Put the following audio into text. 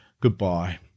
goodbye